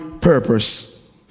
purpose